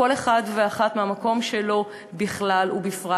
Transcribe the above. כל אחד ואחת מהמקום שלו בכלל ובפרט,